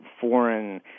foreign